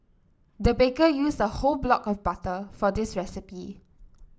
the baker used a whole block of butter for this recipe